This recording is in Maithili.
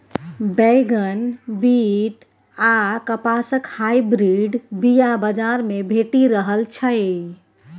बैगन, बीट आ कपासक हाइब्रिड बीया बजार मे भेटि रहल छै